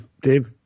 Dave